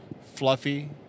fluffy